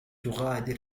تغادر